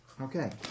Okay